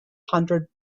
hundred